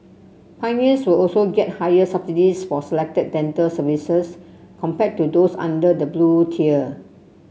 pioneers will also get higher subsidies for selected dental services compared to those under the Blue Tier